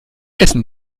essen